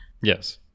yes